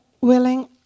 willing